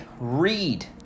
read